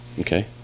Okay